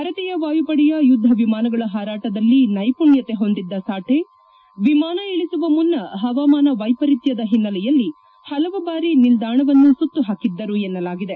ಭಾರತೀಯ ವಾಯುಪಡೆಯ ಯುದ್ದ ವಿಮಾನಗಳ ಹಾರಾಟದಲ್ಲಿ ನೈಪುಣ್ಣತೆ ಹೊಂದಿದ್ದ ಸಾಕೆ ವಿಮಾನ ಇಳಿಸುವ ಮುನ್ನ ಹವಾಮಾನ ವೈಪರೀತ್ವದ ಹಿನ್ನೆಲೆಯಲ್ಲಿ ಹಲವು ಬಾರಿ ನಿಲ್ದಾಣವನ್ನು ಸುತ್ತು ಹಾಕಿದ್ದರು ಎನ್ನಲಾಗಿದೆ